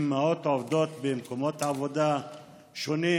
אימהות עובדות במקומות עבודה שונים,